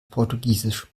portugiesisch